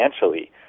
financially